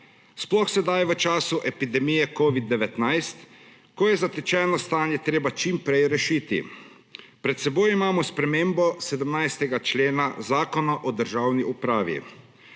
sploh sedaj v času epidemije covida-19, ko je zatečeno stanje treba čim prej rešiti. Pred seboj imamo spremembo 17. člena Zakona o državni upravi.